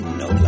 no